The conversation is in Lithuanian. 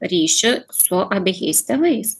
ryšį su abejais tėvais